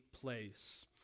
place